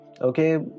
okay